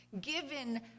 given